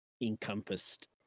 encompassed